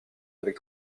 avec